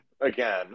again